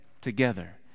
together